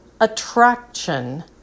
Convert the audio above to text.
attraction